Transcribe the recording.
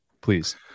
please